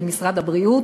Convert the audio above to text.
במשרד הבריאות,